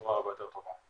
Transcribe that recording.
בצורה הרבה יותר טובה.